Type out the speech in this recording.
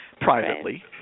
privately